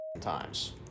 times